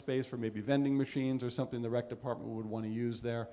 space for maybe vending machines or something the rec department would want to use there